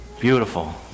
Beautiful